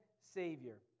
Savior